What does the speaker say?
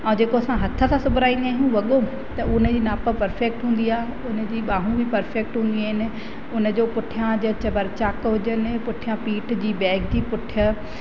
ऐं जेको असां हथ सां सुबराईंदा आहियूं वॻो उन जी नाप पर्फेक्ट हूंदी आहिनि उन जो पुठियां जा हुजनि बरचाक हुजनि पुठियां पीठ जी बैक बि